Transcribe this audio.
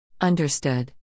Understood